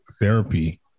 therapy